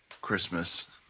Christmas